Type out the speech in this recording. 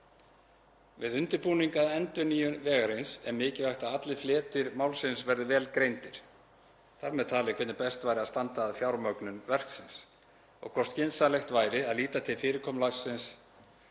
Við undirbúning að endurnýjun vegarins er mikilvægt að allir fletir málsins verði vel greindir, þ.m.t. hvernig best væri að standa að fjármögnun verksins og hvort skynsamlegt væri að líta til fyrirkomulagsins